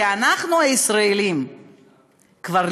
כי אנחנו הישראלים כבר,